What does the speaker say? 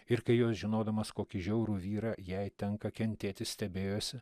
ir kai jos žinodamos kokį žiaurų vyrą jai tenka kentėti stebėjosi